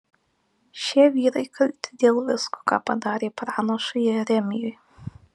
šie vyrai kalti dėl visko ką padarė pranašui jeremijui